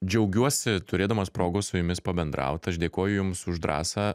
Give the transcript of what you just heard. džiaugiuosi turėdamas progos su jumis pabendraut aš dėkoju jums už drąsą